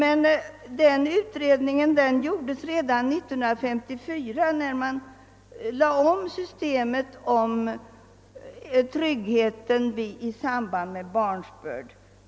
En sådan utredning gjordes redan 1954, då bestämmelserna om förmåner i samband med barnsbörd omarbetades.